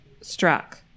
struck